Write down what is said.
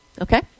Okay